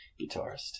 Guitarist